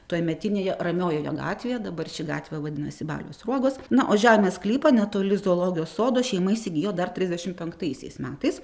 tuometinėje ramiojoje gatvėje dabar ši gatvė vadinasi balio sruogos na o žemės sklypą netoli zoologijos sodo šeima įsigijo dar trisdešim penktaisiais metais